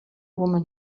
woman